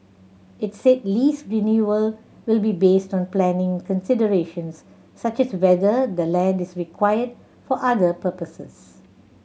it said lease renewal will be based on planning considerations such as whether the land is required for other purposes